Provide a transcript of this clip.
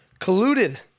colluded